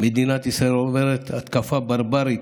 מדינת ישראל עוברת התקפה ברברית,